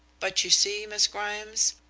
but you see, miss grimes,